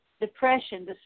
depression